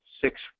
six